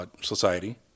Society